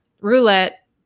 roulette